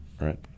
right